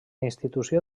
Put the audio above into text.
institució